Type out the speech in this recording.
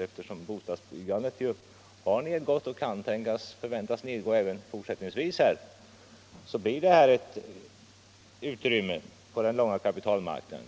Eftersom bostadsbyggandet har gått ned och kan förväntas gå ned även i fortsättningen blir det här ett utrymme på den långa kapitalmarknaden.